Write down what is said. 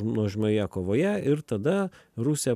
nuožmioje kovoje ir tada rusija